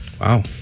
Wow